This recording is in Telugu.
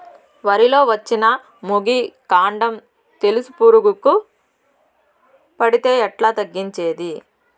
వరి లో వచ్చిన మొగి, కాండం తెలుసు పురుగుకు పడితే ఎట్లా తగ్గించేకి?